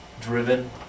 driven